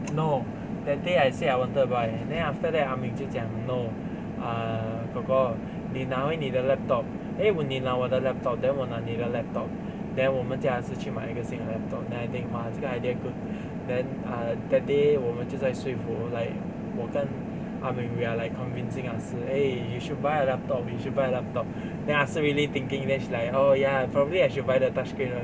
no that day I said I wanted buy then after that ah mi 就讲 no err kor kor 你拿回你的 laptop eh 我你拿我的 laptop then 我拿你的 laptop then 我们叫 ah si 去买一个新的 laptop then I think !wah! 这个 idea good then err that day 我们就在说服 like 我跟 ah mi we are like convincing ah si eh you should buy a laptop you should buy a laptop then ah si really thinking then she like oh ya probably I should buy the touch screen one